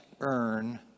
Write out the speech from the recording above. earn